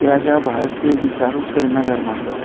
तेज्या भायर ते विचारूच करिना धर्माचो